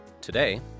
Today